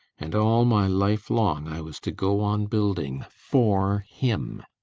and all my life long i was to go on building for him.